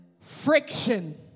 Friction